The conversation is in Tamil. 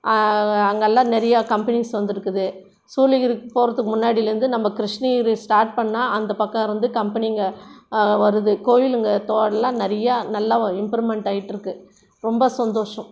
அங்கெல்லாம் நிறையா கம்பெனிஸ் வந்திருக்குது சூளகிரிக்கு போறதுக்கு முன்னாடிலேருந்து நம்ம கிருஷ்ணகிரியை ஸ்டார்ட் பண்ணிணா அந்தப் பக்கம் இருந்து கம்பெனிங்க வருது கோயிலுங்கள் தோ எல்லாம் நிறையா நல்லா இம்ப்ரூவ்மெண்ட் ஆயிகிட்ருக்கு ரொம்ப சந்தோஷம்